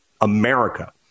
America